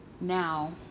Now